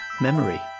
memory